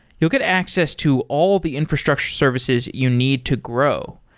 you'll get access to all the infrastructure services you need to grow.